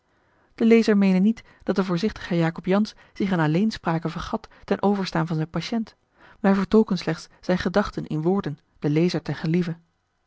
de lezer meene niet dat de voorzichtige jacob jansz zich in alleenspraken vergat ten overstaan van zijn patiënt wij vertolken slechts zijne gedachten in woorden den lezer ten